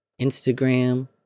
Instagram